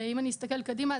ואם אני אסתכל קדימה,